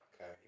Okay